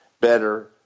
better